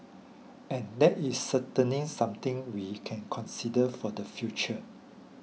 and that is certainly something we can consider for the future